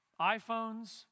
iPhones